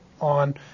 on